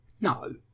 No